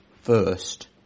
first